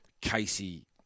Casey